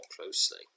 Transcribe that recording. closely